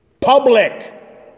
public